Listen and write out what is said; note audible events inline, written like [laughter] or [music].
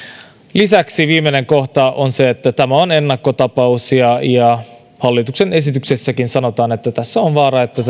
lisäksi viimeinen kohta on se että tämä on ennakkotapaus ja ja hallituksen esityksessäkin sanotaan että tässä on vaara että [unintelligible]